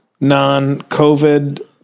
non-COVID